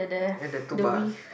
and the two bars